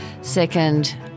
Second